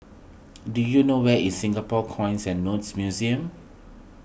do you know where is Singapore Coins and Notes Museum